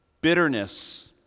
bitterness